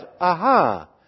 aha